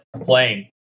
playing